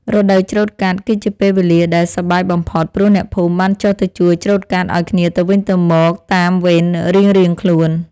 រដូវច្រូតកាត់ គឺជាពេលវេលាដែលសប្បាយបំផុត ព្រោះអ្នកភូមិបានចុះទៅជួយច្រូតកាត់ឱ្យគ្នាទៅវិញទៅមកតាមវេនរៀងៗខ្លួន។